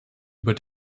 über